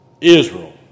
Israel